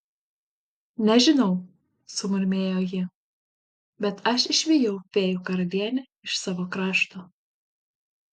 nežinau sumurmėjo ji bet aš išvijau fėjų karalienę iš savo krašto